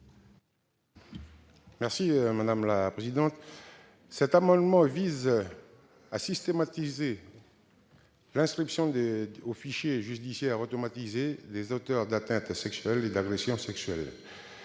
M. Gérard Poadja. Cet amendement vise à systématiser l'inscription au fichier judiciaire automatisé des auteurs d'atteinte sexuelle et d'agression sexuelle.